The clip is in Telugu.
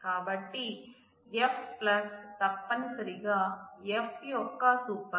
కాబట్టిF తప్పనిసరిగా F యొక్క సూపర్ సెట్